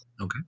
Okay